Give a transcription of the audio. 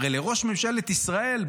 הרי לראש ממשלת ישראל,